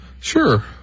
Sure